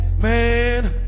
man